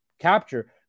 capture